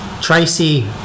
Tracy